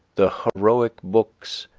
the heroic books,